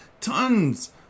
tons